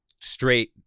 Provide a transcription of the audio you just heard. straight